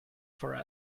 for